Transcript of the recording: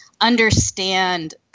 understand